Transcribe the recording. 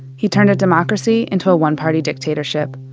he turned a democracy into a one-party dictatorship.